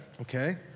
okay